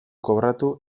kobratu